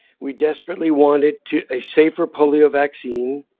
we desperately wanted to a safer polio vaccine.